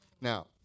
Now